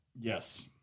yes